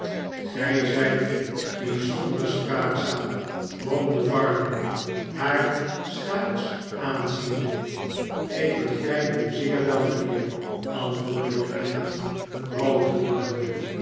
igij zijt bijzonder spraakzaam bromde varden haar schuins aanziende ik begrijp u zeer wel mijnheer antwoordde de meid rood wordende